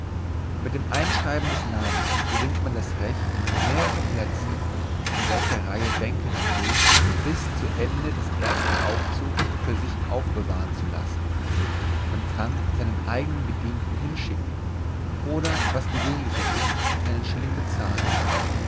mit dem einschreiben des namens gewinnt man das recht mehrere plätze in welcher reihe bänke man will bis zu ende des ersten aufzuges für sich aufbewahren zu lassen man kann seinen eigenen bedienten hinschicken oder was gewöhnlicher ist einen shilling bezahlen